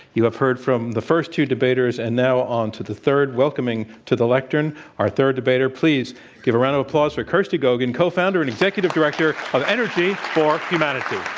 you have heard from the first two debaters and now on to the third. welcoming to the lectern our third debater, please give a round of applause for kirsty gogan, co-founder and executive director of energy for humanity.